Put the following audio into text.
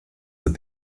that